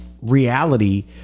reality